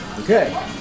Okay